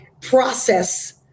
process